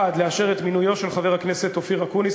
לאשר את מינויו של חבר הכנסת אופיר אקוניס,